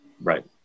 Right